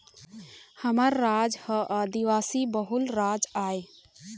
हमर राज ह आदिवासी बहुल राज आय